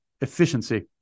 efficiency